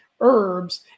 herbs